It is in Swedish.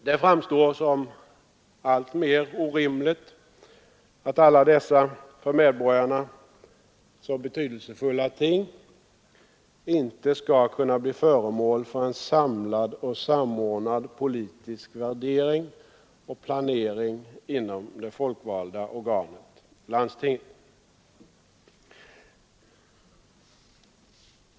Det framstår som alltmer orimligt att alla dessa för medborgarna så betydelsefulla ting inte skall kunna bli föremål för en samlad och samordnad politisk värdering och planering inom det folkvalda organet, landstinget.